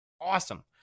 awesome